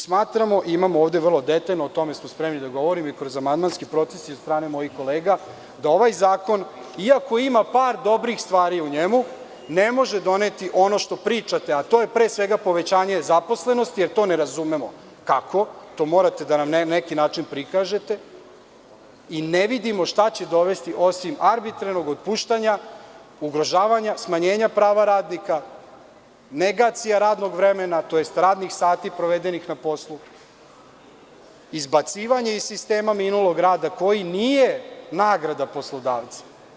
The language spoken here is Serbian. Smatramo, imamo ovde vrlo detaljno, o tome smo spremni da govorimo i kroz amandmanske procese i od strane mojih kolega, da ovaj zakon, iako ima par dobrih stvari u njemu, ne može doneti ono što pričate, a to je, pre svega, povećanje zaposlenosti, jer to ne razumemo kako, to morate da nam na neki način prikažete, i ne vidimo šta će dovesti osim arbitrarnog otpuštanja, ugrožavanja, smanjenja prava radnika, negacija radnog vremena, tj. radnih sati provedenih na poslu, izbacivanje iz sistema minulog rada koji nije nagrada poslodavca.